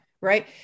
right